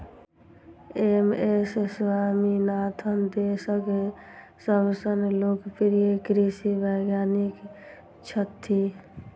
M S Swaminathan देशक सबसं लोकप्रिय कृषि वैज्ञानिक छथि